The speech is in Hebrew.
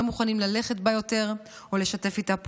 לא מוכנים ללכת בה יותר או לשתף איתה פעולה.